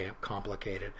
complicated